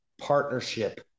partnership